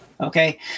Okay